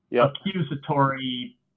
accusatory